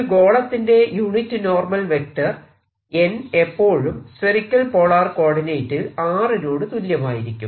ഒരു ഗോളത്തിന്റെ unit normal vector n എപ്പോഴും സ്ഫറിക്കൽ പോളാർ കോർഡിനേറ്റിൽ r നോട് തുല്യമായിരിക്കും